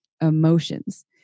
emotions